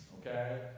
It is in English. okay